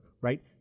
right